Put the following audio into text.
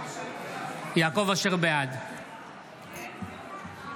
חבר הכנסת) יעקב אשר, בעד השר כץ,